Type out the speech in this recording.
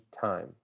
time